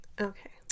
okay